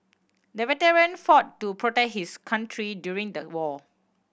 the veteran fought to protect his country during the war